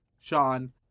Sean